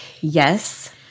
Yes